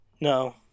No